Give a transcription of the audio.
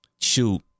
Shoot